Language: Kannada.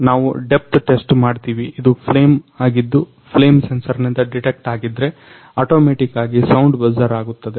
ನಾವು ಡೆಪ್ತ್ ಟೆಸ್ಟ್ ಮಾಡ್ತೀವಿ ಇದು ಫ್ಲೇಮ್ ಆಗಿದ್ದು ಫ್ಲೇಮ್ ಸೆನ್ಸರ್ನಿಂದ ಡಿಟೆಕ್ಟ್ ಆಗಿದ್ರೆ ಅಟೊಮೆಟಿಕ್ ಆಗಿ ಸೌಂಡ್ ಬಜರ್ ಆಗುತ್ತದೆ